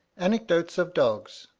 anecdotes of dogs.